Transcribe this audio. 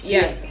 Yes